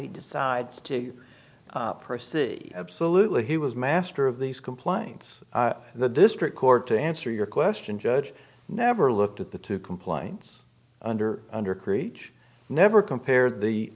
he decides to percy absolutely he was master of these complaints and the district court to answer your question judge never looked at the two complaints under under krege never compared the